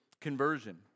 conversion